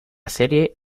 serie